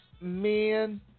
man